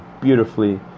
beautifully